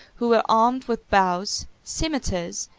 who were armed with bows, cimeters,